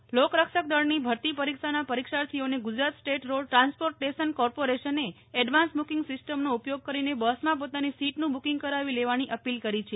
T bus સેવા લોકરક્ષક દળની ભરતી પરીક્ષાના પરીક્ષાર્થીઓને ગુજરાત સ્ટેટ રોડ ટ્રાન્સપોર્ટેશન કોર્પોરેશને એડવાન્સ બૂકીંગ સીસ્ટમનો ઉપયોગ કરીને બસમાં પોતાની સીટનું બૂકીગ કરાવી લેવાની અપીલ કરી છે